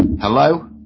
Hello